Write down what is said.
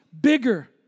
bigger